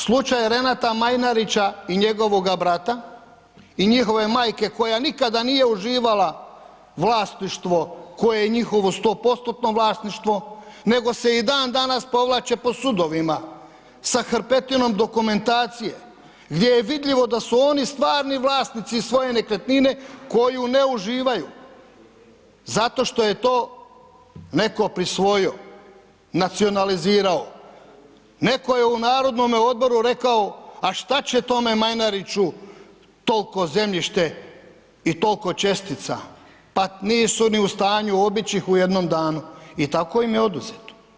Slučaj Renata Majnarića i njegovog brata i njihove majke koja nikada nije uživala vlasništvo koje je njihovo 100% vlasništvo, nego se i dan danas povlače po sudovima sa hrpetinom dokumentacije gdje je vidljivo da su oni stvarni vlasnici svoje nekretnine koju ne uživaju, zato što je to netko prisvojio, nacionalizirao, netko je u Narodnome odboru rekao a što će tome Majnariću tolko zemljište i toliko čestica, pa nisu ni u stanju obić ih u jednom danu i tako im je oduzeto.